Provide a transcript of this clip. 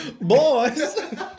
Boys